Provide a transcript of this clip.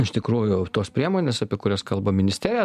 iš tikrųjų tos priemonės apie kurias kalba ministerija